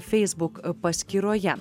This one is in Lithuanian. facebook paskyroje